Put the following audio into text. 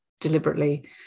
deliberately